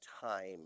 time